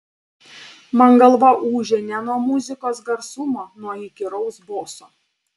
man galva ūžė ne nuo muzikos garsumo nuo įkyraus boso